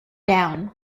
down